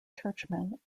churchmen